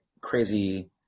crazy